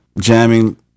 jamming